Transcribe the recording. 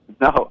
No